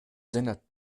seiner